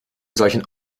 solchen